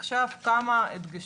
עכשיו כמה דגשים.